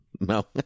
No